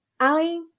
Ali